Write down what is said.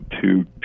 two